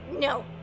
No